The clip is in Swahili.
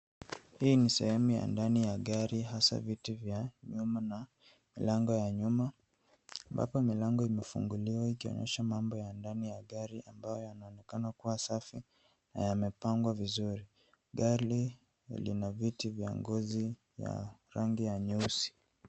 Hii ni sehemu ya ndani ya gari hasa viti vya nyuma na milango wa nyuma ambapo milango imefunguliwa ikionyesha mambo ya ndani ya gari ambayo yanaonekana kuwa safi na yamepangwa vizuri. Gari lina viti vya ngozi ya rangi ya nyeusi.